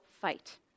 fight